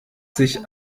sich